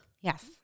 Yes